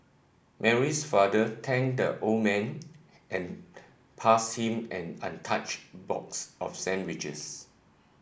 Mary's father thanked the old man and passed him an untouched box of sandwiches